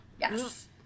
Yes